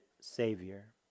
Savior